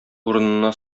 урынына